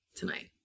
tonight